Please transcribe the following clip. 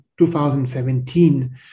2017